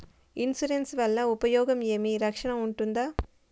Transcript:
Insurance వల్ల ఉపయోగం ఏమి? రక్షణ ఉంటుందా?